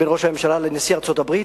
בין ראש הממשלה לנשיא ארצות-הברית,